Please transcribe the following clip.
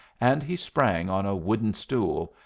and he sprang on a wooden stool,